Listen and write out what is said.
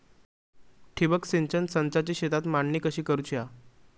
ठिबक सिंचन संचाची शेतात मांडणी कशी करुची हा?